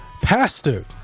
Pastor